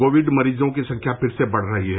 Covid मरीजों की संख्या फिर से बढ़ रही है